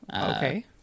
Okay